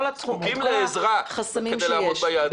אנחנו זקוקים לעזרה כדי לעמוד ביעדים האלה.